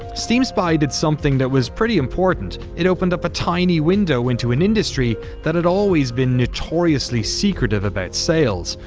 steam spy did something that was pretty important, it opened up a tiny window into an industry that had always been notoriously secretive about sales.